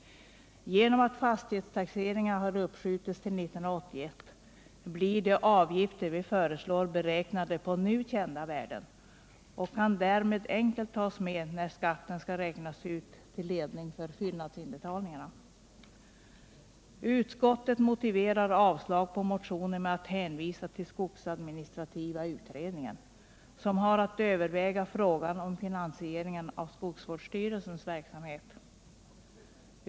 Genom att fastighetstaxeringarna har uppskjutits till 1981 blir de avgifter vi föreslår beräknade på nu kända värden och kan därmed enkelt tas med när skatten skall räknas ut till ledning för fyllnadsinbetalningarna. Utskottet motiverar avslag på motionen med att hänvisa till skogsadministrativa utredningen, som har att överväga frågan om finansieringen av skogsvårdsstyrelsens verksamhet.